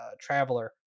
traveler